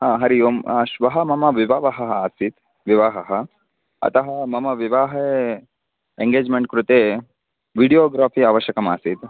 हरि ओं श्वः मम विवाहः आसीत् विवाहः अतः मम विवाहे एङ्गेज्मेण्ट् कृते वीडियोग्राफ़ि आवश्यकम् आसीत्